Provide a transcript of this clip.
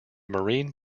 marine